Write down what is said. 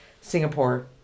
Singapore